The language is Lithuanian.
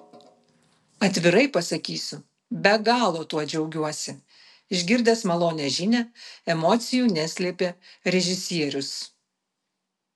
atvirai pasakysiu be galo tuo džiaugiuosi išgirdęs malonią žinią emocijų neslėpė režisierius